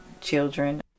children